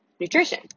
nutrition